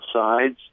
sides